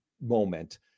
moment